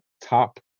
top